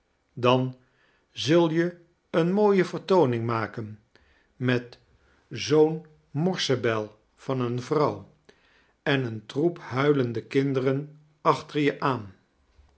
dan zul je eene mooie vertooning maken met zoo'n morsebel van eene vrouw en een troep huilende kinderen achter je aan